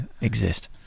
exist